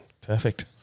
Perfect